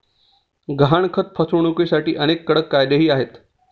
गहाणखत फसवणुकीसाठी अनेक कडक कायदेही आहेत